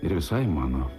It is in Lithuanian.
ir visai mano